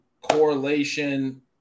correlation